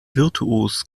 virtuos